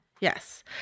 Yes